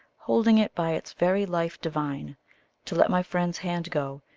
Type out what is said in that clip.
holding it by its very life divine to let my friend's hand go,